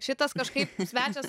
šitas kažkaip svečias